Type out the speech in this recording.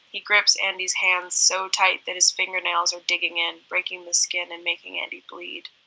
he grips andy's hands so tight that his fingernails are digging in, breaking the skin and making andy bleed.